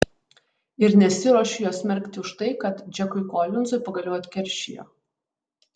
ir nesiruošiu jos smerkti už tai kad džekui kolinzui pagaliau atkeršijo